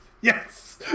Yes